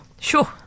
Sure